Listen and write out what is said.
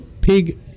pig